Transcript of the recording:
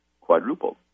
quadrupled